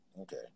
Okay